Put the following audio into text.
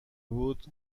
بود